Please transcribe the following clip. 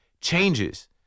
changes